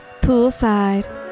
Poolside